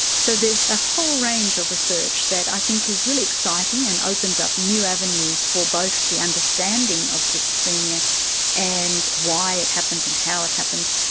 so there's a whole range of research that i think is really exciting and opens up new avenues for both the understanding of schizophrenia and why it happens and how it happens,